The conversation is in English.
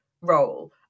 role